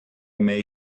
may